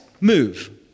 move